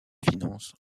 finances